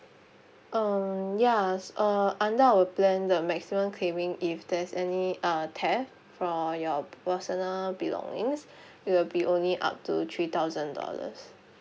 um yes uh under our plan the maximum claiming if there's any uh theft for your personal belongings will be only up to three thousand dollars